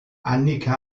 annika